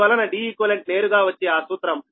అందువలన Deq నేరుగా వచ్చి ఆ సూత్రం